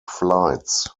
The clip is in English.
flights